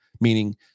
meaning